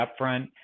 upfront